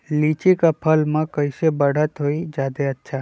लिचि क फल म कईसे बढ़त होई जादे अच्छा?